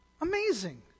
Amazing